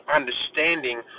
understanding